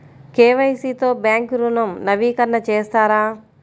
KYC తో bank ఋణం నవీకరణ చేస్తారా?